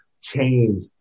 change